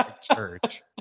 Church